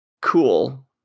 Cool